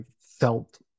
felt